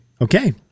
okay